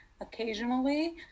occasionally